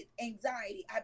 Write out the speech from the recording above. anxiety